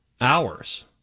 hours